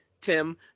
Tim